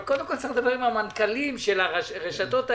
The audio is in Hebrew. אבל קודם כל צריך לדבר עם המנכ"לים של הרשתות האלה.